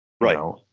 Right